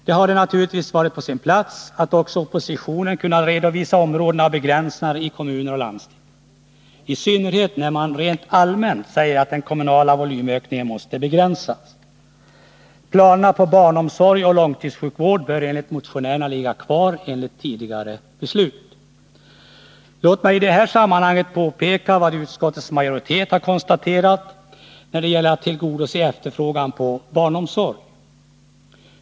Det hade naturligtvis varit på sin plats att också oppositionen kunnat redovisa områden av begränsningar i kommuner och landsting, i synnerhet när man rent allmänt säger att den kommunala volymökningen måste begränsas. Planerna för barnomsorg och långtidssjukvård bör enligt motionärerna ligga kvar enligt tidigare beslut. Låt mig i det sammanhanget påpeka vad utskottets majoritet har konstaterat när det gäller att tillgodose efterfrågan på barnomsorg.